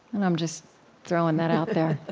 and i'm just throwing that out there. what